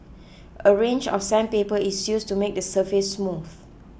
a range of sandpaper is used to make the surface smooth